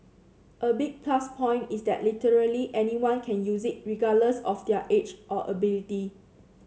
a big plus point is that literally anyone can use it regardless of their age or ability